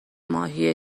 ماهی